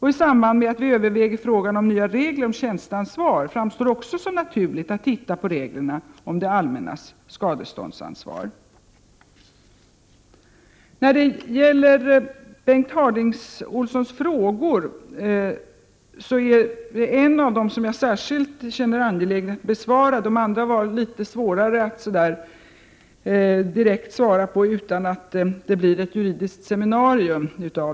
I samband med att vi överväger frågan om nya regler om tjänsteansvar framstår det också som naturligt att se på reglerna för det allmännas skadeståndsansvar. Det är särskilt en av Bengt Harding Olsons frågor jag känner att det är angeläget att besvara. De andra är litet svårare att direkt svara på utan att det mynnar ut i ett juridiskt seminarium.